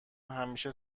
همیشه